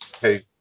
Hey